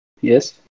Yes